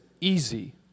easy